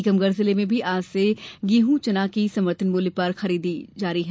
टीकमगढ़ जिले में भी आज से गेहूं चना की समर्थन मूल्य पर खरीदी शुरू हो गई है